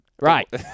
Right